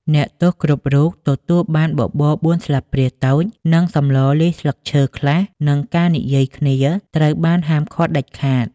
អ្នកទោសគ្រប់រូបទទួលបាន បបរបួនស្លាបព្រាតូច និងសម្លលាយស្លឹកឈើខ្លះ និងការនិយាយគ្នាត្រូវបានហាមឃាត់ ដាច់ខាត ។